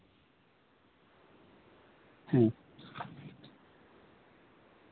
ᱦᱩᱸ